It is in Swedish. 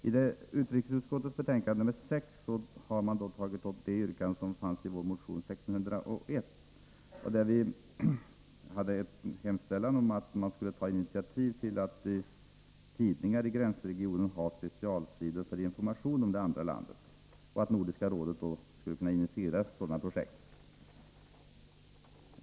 I utrikesutskottets betänkande 6 har man tagit upp det yrkande som finns i vår motion 1982/83:1601, där vi hemställer att initiativ bör tas för att i tidningar i gränsregionen införa specialsidor för information om det andra landet och att Nordiska rådet skall initiera ett sådant projekt.